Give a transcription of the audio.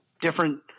different